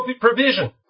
provision